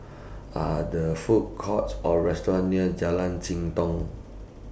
Are The Food Courts Or restaurants near Jalan Jitong